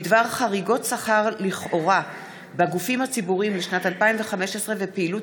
בדבר חריגות שכר לכאורה בגופים הציבוריים לשנת 2015 ופעילות